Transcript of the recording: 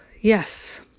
yes